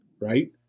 right